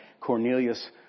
Cornelius